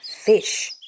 fish